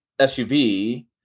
SUV